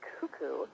cuckoo